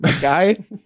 guy